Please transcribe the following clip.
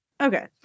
Okay